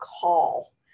call